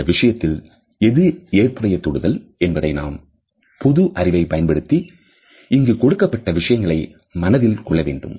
இந்த விஷயத்தில் எது ஏற்புடைய தொடுதல் என்பதைப் நாம் பொது அறிவை பயன்படுத்தி இங்கு கொடுக்கப்பட்ட விஷயங்களை மனதில் கொள்ள வேண்டும்